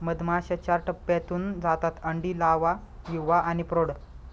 मधमाश्या चार टप्प्यांतून जातात अंडी, लावा, युवा आणि प्रौढ